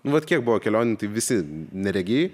nu vat kiek buvo kelionių tai visi neregiai